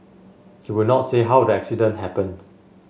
he would not say how the accident happened